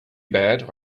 bad